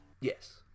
Yes